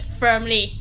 firmly